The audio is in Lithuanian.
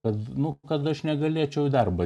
tad nu kad aš negalėčiau į darbą